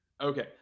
Okay